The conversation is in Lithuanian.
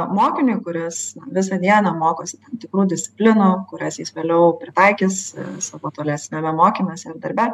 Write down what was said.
mokiniui kuris visą dieną mokosi tam tikrų disciplinų kurias jis vėliau pritaikys savo tolesniame mokymesi ar darbe